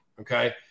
Okay